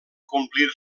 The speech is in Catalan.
complir